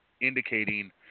indicating